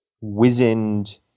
wizened